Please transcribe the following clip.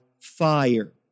fire